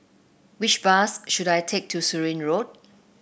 which bus should I take to Surin Road